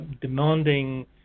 demanding